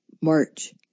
March